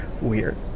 weird